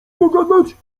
pogadać